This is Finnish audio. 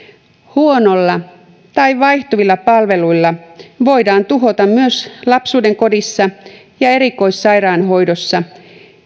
huonoilla tai vaihtuvilla palveluilla voidaan tuhota myös lapsuudenkodissa ja erikoissairaanhoidossa